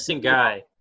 guy